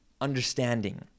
understanding